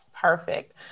Perfect